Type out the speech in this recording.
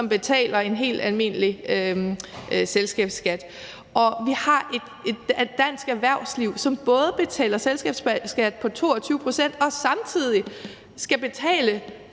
som betaler en helt almindelig selskabsskat. Og vi har et dansk erhvervsliv, som både betaler selskabsskat på 22 pct. og samtidig skal betale